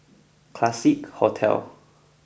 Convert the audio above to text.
Classique Hotel